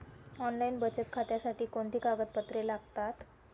Online बचत खात्यासाठी कोणती कागदपत्रे लागतात?